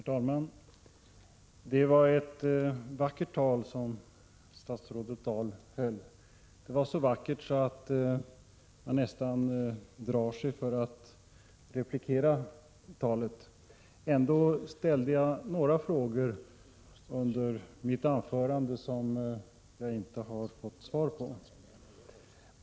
Herr talman! Det var ett vackert tal som statsrådet Dahl höll. Det var så vackert att man nästan drar sig för att replikera. Ändå ställde jag under mitt anförande några frågor som jag inte har fått svar på.